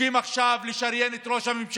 חוקים לשריין עכשיו את ראש הממשלה,